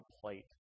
plate